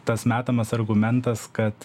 tas metamas argumentas kad